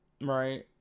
right